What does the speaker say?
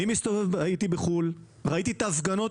הייתי בחו"ל, ראיתי את ההפגנות